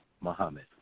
Muhammad